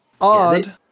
Odd